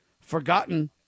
Forgotten